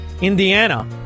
Indiana